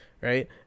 right